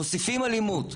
מוסיפים אלימות.